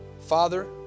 Father